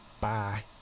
Bye